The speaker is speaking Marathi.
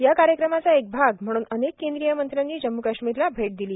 या कार्यक्रमाचा एक भाग म्हणून अनेक केंद्रीय मंत्र्यांनी जम्म् काश्मीरला भेट दिली